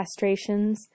castrations